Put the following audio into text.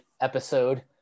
episode